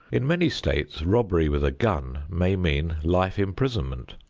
in many states robbery with a gun may mean life imprisonment,